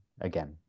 again